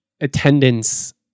attendance